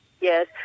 Yes